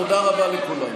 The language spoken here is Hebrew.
נמאס כבר.